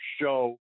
show